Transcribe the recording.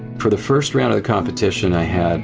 for the first round of the competition, i had